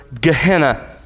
Gehenna